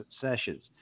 sessions